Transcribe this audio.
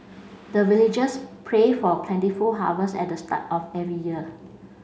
the villagers pray for plentiful harvest at the start of every year